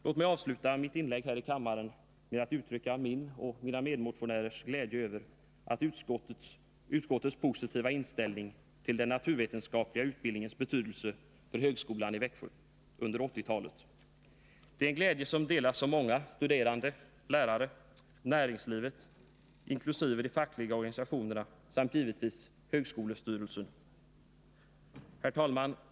Låt mig avsluta mitt inlägg här i kammaren med att uttrycka min och mina medmotionärers glädje över utskottets positiva inställning till den naturvetenskapliga utbildningens betydelse för högskolan i Växjö under 1980-talet. Det är en glädje som delas av många — studerande, lärare, näringslivet inkl. de fackliga organisationerna samt givetvis högskolans styrelse. Herr talman!